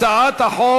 הצעת החוק